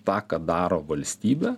tą ką daro valstybė